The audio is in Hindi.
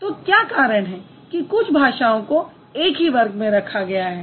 तो क्या कारण है कि कुछ भाषाओं को एक ही वर्ग में रखा गया है